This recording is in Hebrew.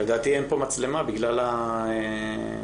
לגבי הקמת חדרים אקוטיים.